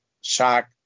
shock